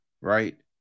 right